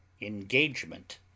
Engagement